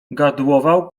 gardłował